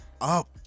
up